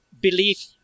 belief